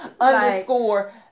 Underscore